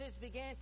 began